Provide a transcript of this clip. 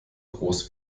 groß